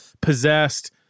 possessed